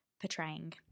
portraying